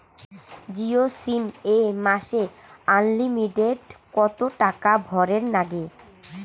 Jio sim এ মাসে unlimited কত টাকা ভরের নাগে?